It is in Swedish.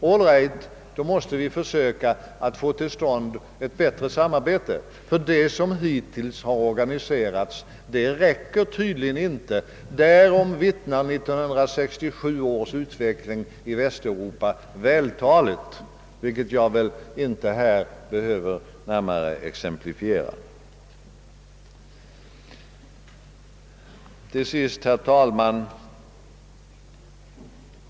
All right — då måste vi försöka få till stånd ett bättre samarbete, ty det som hittills har organiserats räcker tydligen inte. Därom vittnar utvecklingen under år 1967 i Europa på ett vältaligt sätt, något som jag väl inte här behöver närmare exemplifiera. Herr talman!